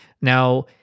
Now